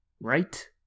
right